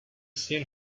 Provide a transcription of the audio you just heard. seen